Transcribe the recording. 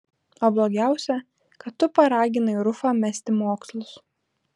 o blogiausia kad tu paraginai rufą mesti mokslus